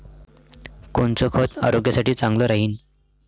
कोनचं खत आरोग्यासाठी चांगलं राहीन?